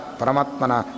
paramatmana